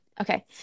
Okay